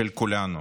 של כולנו.